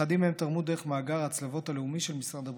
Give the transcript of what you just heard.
אחדים מהם תרמו דרך מאגר ההצלבות הלאומי של משרד הבריאות.